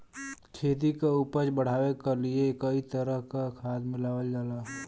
खेती क उपज बढ़ावे क लिए कई तरह क खाद मिलावल जाला